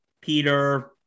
Peter